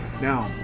Now